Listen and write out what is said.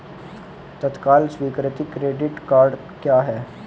तत्काल स्वीकृति credit cards क्या हैं?